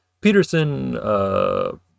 peterson